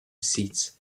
seats